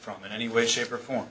from in any way shape or form